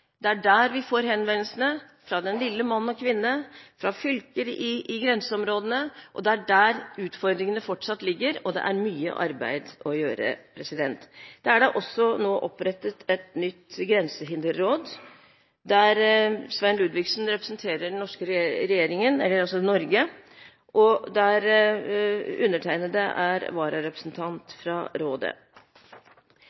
Det er der vi får henvendelsene fra den lille mann og kvinne, fra fylker i grenseområdene, og det er der utfordringene fortsatt ligger og det er mye arbeid å gjøre. Det er nå også opprettet et nytt grensehinderråd der Svein Ludvigsen representerer Norge, og der jeg er vararepresentant fra rådet. Helt til slutt: Det Nordisk råd kanskje er